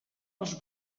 els